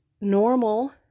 normal